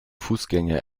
fußgänger